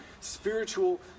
spiritual